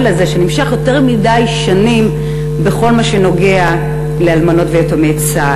הזה שנמשך יותר מדי שנים בכל מה שנוגע לאלמנות ויתומי צה"ל.